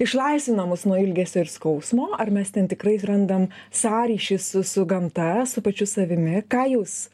išlaisvina mus nuo ilgesio ir skausmo ar mes ten tikrai randam sąryšį su su gamta su pačiu savimi ką jūs